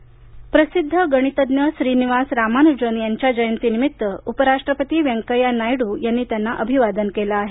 रामानुजन प्रसिद्ध गणितज्ञ श्रीनिवास रामानुजन यांच्या जयतीनिमित्त उपराष्ट्रपती व्यंकय्या नायडू यांनी त्यांना अभिवादन केलं आहे